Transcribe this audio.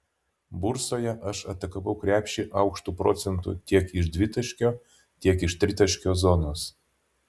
bursoje aš atakavau krepšį aukštu procentu tiek iš dvitaškio tiek iš tritaškio zonos